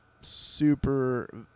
super